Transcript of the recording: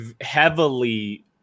heavily